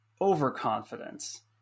overconfidence